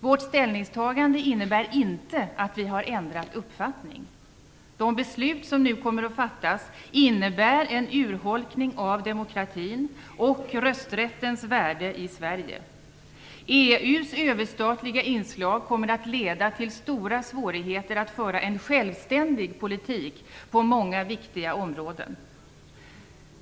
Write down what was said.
Vårt ställningstagande innebär inte att vi har ändrat uppfattning. De beslut som nu kommer att fattas innebär en urholkning av demokratin och rösträttens värde i Sverige. EU:s överstatliga inslag kommer att leda till stora svårigheter när det gäller att föra en självständig politik inom många viktiga områden.